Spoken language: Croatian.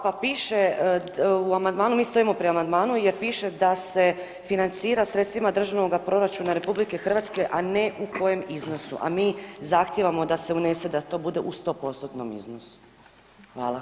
Pa piše u amandmanu, mi stojimo prema amandmanu jer piše da se financira sredstvima Državnog proračuna RH, a ne u kojem iznosu, a mi zahtijevamo da se unese da to bude u 100%-tnom iznosu.